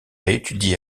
étudié